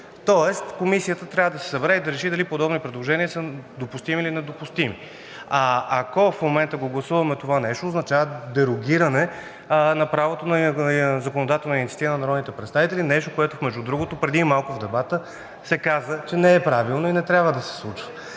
Тоест Комисията трябва да се събере и да реши дали подобни предложения са допустими, или недопустими. Ако в момента гласуваме това нещо, означава дерогиране на правото на законодателна инициатива на народните представители – нещо, което, между другото, се каза преди малко в дебата, че не е правилно и не трябва да се случва.